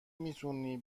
میتونی